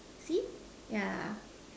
see yeah